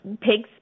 pigs